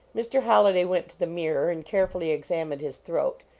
mr. holliday went to the mirror and carefully examined his throat,